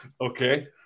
Okay